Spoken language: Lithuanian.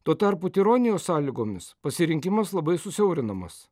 tuo tarpu tironijos sąlygomis pasirinkimas labai susiaurinamas